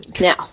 Now